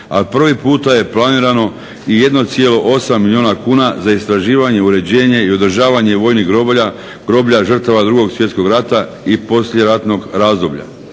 A prvi puta je planirano i 1,8 milijuna kuna za istraživanje, uređenje i održavanje vojnih groblja 2.svjetskog rata i poslijeratnog razdoblja.